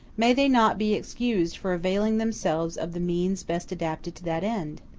may they not be excused for availing themselves of the means best adapted to that end?